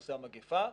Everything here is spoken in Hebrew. נושא המגפה.